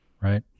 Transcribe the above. right